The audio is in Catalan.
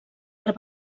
art